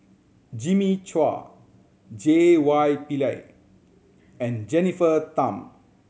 Jimmy Chua J Y Pillay and Jennifer Tham